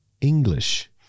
English